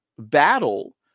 battle